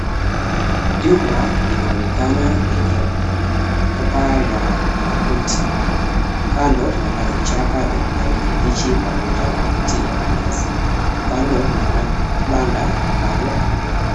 Jumba linaonekana lenye paa la makuti. Kando tunaona vichaka vya kijani kibichi pamoja na miti ya minazi. Kando tunaona banda ambalo limewekwa.